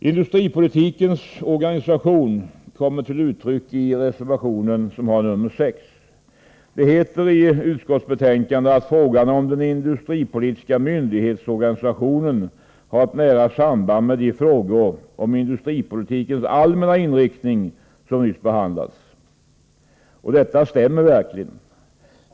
Industripolitikens organisation kommer till uttryck i reservation nr 6. Det heter i utskottsbetänkandet att frågan om den industripolitiska myndighetsorganisationen har ett nära samband med de frågor om industripolitikens allmänna inriktning som behandlats. Och detta stämmer verkligen.